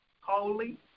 holy